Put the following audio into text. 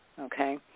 Okay